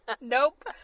Nope